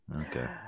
Okay